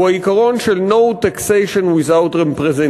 הוא העיקרון של no taxation without representation.